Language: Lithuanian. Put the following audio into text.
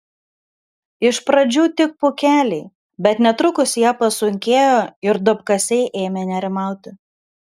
iš pradžių tik pūkeliai bet netrukus jie pasunkėjo ir duobkasiai ėmė nerimauti